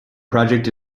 project